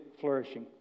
flourishing